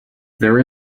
there